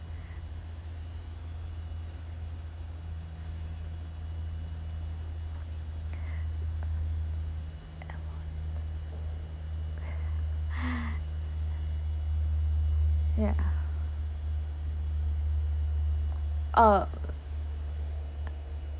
ya uh